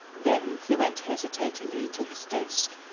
then he went hesitatingly to his desk,